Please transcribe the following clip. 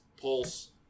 pulse